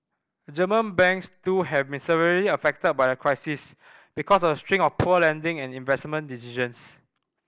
German banks too have been severely affected by the crisis because of a string of poor lending and investment decisions